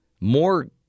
more